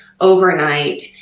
overnight